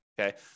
okay